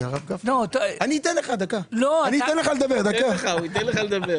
בסופו של דבר